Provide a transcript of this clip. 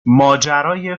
ماجرای